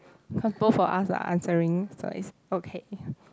compo for us lah answering so is okay